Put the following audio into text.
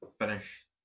finish